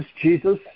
Jesus